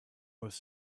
was